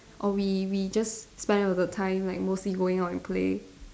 or we we just spend all the time like mostly going out and play